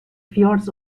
fjords